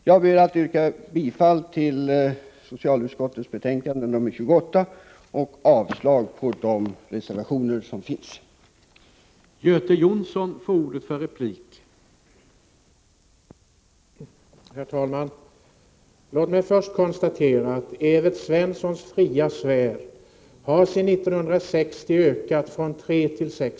Jag ber att få yrka bifall till socialutskottets hemställan i betänkande 28 och avslag på de reservationer som är fogade till betänkandet.